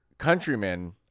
Countrymen